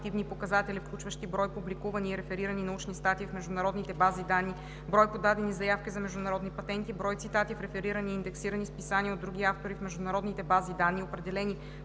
обективни показатели, включващи брой публикувани и реферирани научни статии в международните бази данни, брой подадени заявки за международни патенти, брой цитати в реферирани и индексирани списания от други автори в международните бази данни, определени